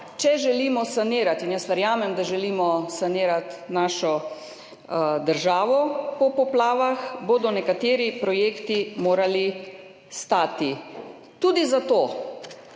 če želimo sanirati – in jaz verjamem, da želimo sanirati našo državo po poplavah – bodo nekateri projekti morali stati, tudi za to,